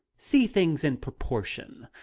see things in proportion.